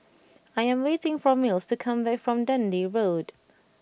I am waiting for Mills to come back from Dundee Road